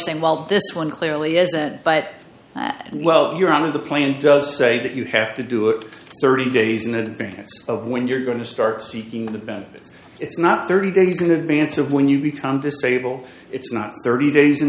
saying well this one clearly isn't but and well you're on the plan does say that you have to do it thirty days in advance of when you're going to start seeking the benefits it's not thirty days in advance of when you become disabled it's not thirty days in